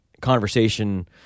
conversation